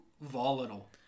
volatile